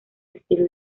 estilo